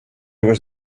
was